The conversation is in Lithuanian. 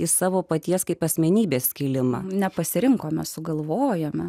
į savo paties kaip asmenybės skilimą nepasirinkome sugalvojama